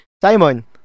Simon